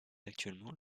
actuellement